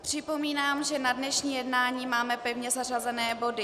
Připomínám, že na dnešní jednání máme pevně zařazené body.